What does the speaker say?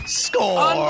score